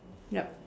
yup